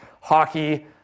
Hockey